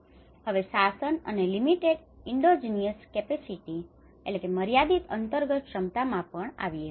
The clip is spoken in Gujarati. હવે શાસન અને લીમીટેડ ઇન્ડોજીનીયસ કેપેસીટીlimited endogenous capacitiesમર્યાદિત અંતર્ગત ક્ષમતામાં પણ આવીએ